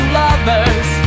lovers